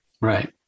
Right